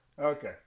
Okay